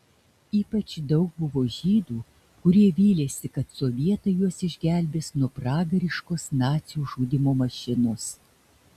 ypač daug buvo žydų kurie vylėsi kad sovietai juos išgelbės nuo pragariškos nacių žudymo mašinos